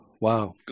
Wow